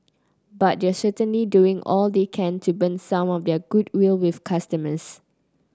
but they're certainly doing all they can to burn some of their goodwill with customers